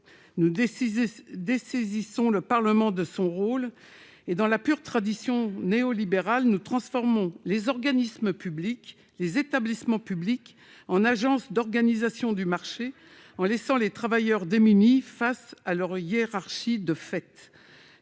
Nous dessaisissons le Parlement de son rôle et, dans la pure tradition néolibérale, nous transformons les organismes et établissements publics en agences d'organisation du marché, en laissant les travailleurs démunis face à leur hiérarchie de fait.